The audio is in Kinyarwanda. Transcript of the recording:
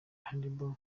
handball